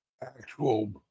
actual